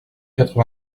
quatre